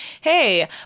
hey